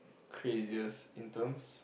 craziest in terms